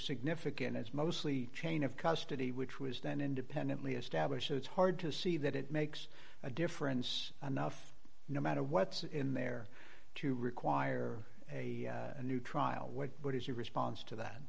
significant it's mostly chain of custody which was then independently established it's hard to see that it makes a difference nuff no matter what's in there to require a new trial what is your response to that